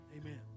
Amen